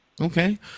Okay